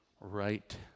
right